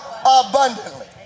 abundantly